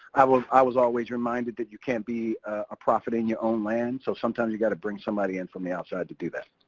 i was i was always reminded that you can't be a prophet in your own land, so sometimes you got to bring somebody in from the outside to do that.